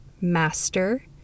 master